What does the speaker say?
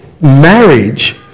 marriage